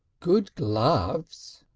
good gloves,